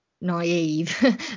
naive